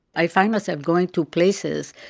i find myself going to places,